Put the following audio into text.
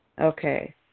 Okay